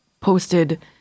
posted